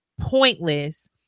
pointless